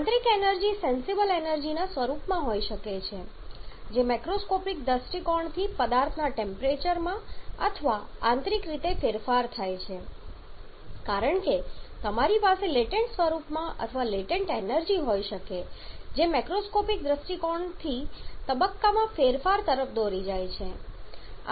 આંતરિક energy sensible energy ના સ્વરૂપમાં હોઈ છે જે મેક્રોસ્કોપિક દૃષ્ટિકોણથી પદાર્થના ટેમ્પરેચર માં અથવા આંતરિક રીતે ફેરફાર થાય છે કારણ કે તમારી પાસે લેટન્ટ સ્વરૂપ અથવા લેટન્ટ એનર્જી હોઈ શકે છે જે મેક્રોસ્કોપિક દૃષ્ટિકોણથી તબક્કામાં ફેરફાર તરફ દોરી જાય છે